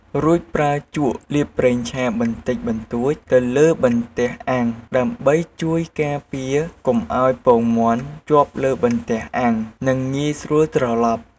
រួចប្រើជក់លាបប្រេងឆាបន្តិចបន្តួចទៅលើបន្ទះអាំង ដើម្បីជួយការពារកុំឱ្យពងមាន់ជាប់លើបន្ទះអាំង និងងាយស្រួលត្រឡប់។